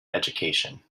education